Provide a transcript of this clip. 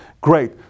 Great